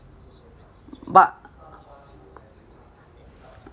but